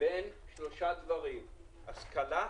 בין שלושה דברים השכלה,